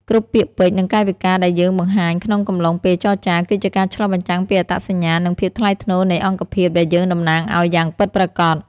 គ្រប់ពាក្យពេចន៍ និងកាយវិការដែលយើងបង្ហាញក្នុងកំឡុងពេលចរចា គឺជាការឆ្លុះបញ្ចាំងពីអត្តសញ្ញាណ និងភាពថ្លៃថ្នូរនៃអង្គភាពដែលយើងតំណាងឱ្យយ៉ាងពិតប្រាកដ។